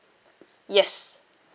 yes